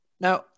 Now